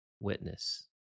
witness